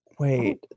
Wait